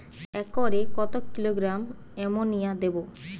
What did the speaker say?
একরে কত kilogram ammonia দেবো?